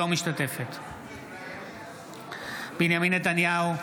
אינה משתתפת בהצבעה בנימין נתניהו,